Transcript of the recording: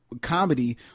comedy